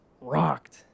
rocked